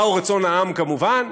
מהו רצון העם, כמובן?